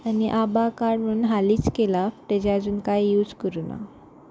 आनी आभा कार्ड म्हणून हालींच केलां ताजे आजून कांय यूज करूं ना